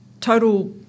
total